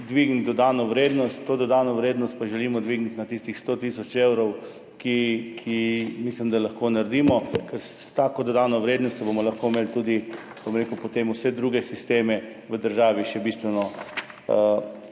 dvigniti dodano vrednost. To dodano vrednost pa želimo dvigniti na tistih 100 tisoč evrov, kar mislim, da lahko naredimo, ker s tako dodano vrednostjo bomo lahko potem imeli tudi vse druge sisteme v državi še bistveno